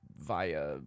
via